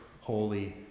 holy